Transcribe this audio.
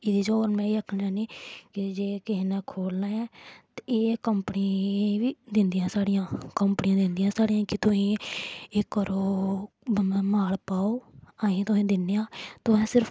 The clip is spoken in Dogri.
एह्दे च में होर में एह् आखनां चाह्न्नीं कि जे किहै ने खोह्लना ऐ ते एह् कंपनी बी दिंदियां साढ़ियां कंपनियां दिंदियां साढ़ियां कि तुही एह् करो माल पाओ आहीं तुसें गी दिन्ने आं तुसें सिर्फ पालना